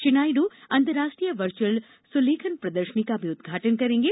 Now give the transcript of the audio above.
श्री नायड् अंतरराष्ट्रीय वर्च्यअल सुलेखन प्रदर्शनी का भी उद्घाटन करेंगे